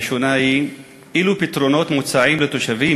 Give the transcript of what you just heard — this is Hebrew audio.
הראשונה היא: אילו פתרונות מוצעים לתושבים